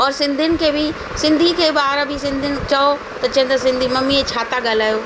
और सिंधियुनि खे बि सिंधी खे ॿार बि सिंधिनि चयो त चवनि था सिंधी मम्मी ही छा था ॻाल्हायो